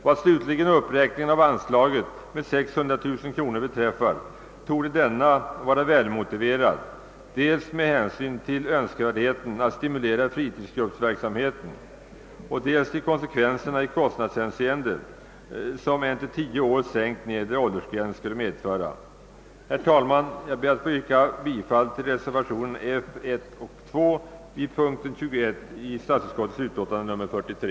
Vad slutligen uppräkningen av anslaget med 600 000 kronor beträffar, torde denna vara väl motiverad, med hänsyn dels till önskvärdheten att stimulera fritidsgruppverksamheten, dels till de konsekvenser i kostnadshänseende som en till 10 år sänkt nedre åldersgräns skulle medföra. Herr talman! Jag ber att få yrka bifall till reservationerna F 1 och 2 vid punkten 21 i statsutskottets utlåtande nr 43.